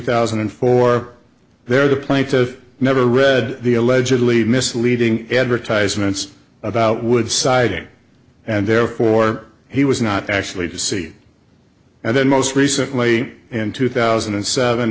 thousand and four there the plaintiff never read the allegedly misleading advertisements about wood siding and therefore he was not actually to see and then most recently in two thousand and seven